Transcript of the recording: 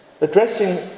addressing